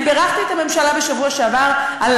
אני בירכתי את הממשלה בשבוע שעבר על